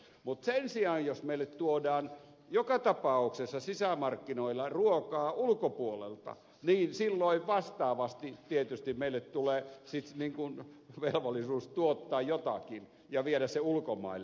mutta sen sijaan jos meille tuodaan joka tapauksessa sisämarkkinoilla ruokaa ulkopuolelta silloin vastaavasti tietysti meille tulee velvollisuus tuottaa jotakin ja viedä se ulkomaille